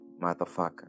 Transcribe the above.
motherfucker